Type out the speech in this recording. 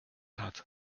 hat